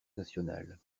nationale